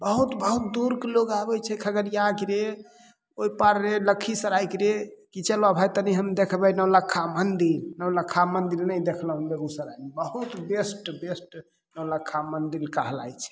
बहुत बहुत दूरके लोक आबै छै खगड़ियाके रे ओहि पार रे लखीसरायके रे कि चलऽ भाइ तनि हम देखबै नौलक्खा मन्दिर नौलक्खा मन्दिर नहि देखलहुँ बेगूसरायमे बहुत बेस्ट बेस्ट नौलक्खा मन्दिर कहलाइ छै